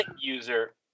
user